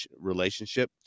relationship